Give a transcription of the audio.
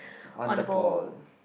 on the ball